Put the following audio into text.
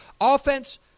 Offense